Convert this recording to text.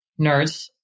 nerds